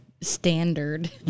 standard